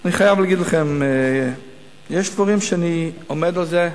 אני חייב להגיד, יש דברים שאני עומד על זה,